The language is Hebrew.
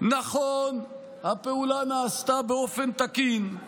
נכון, הפעולה נעשתה באופן תקין,